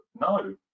No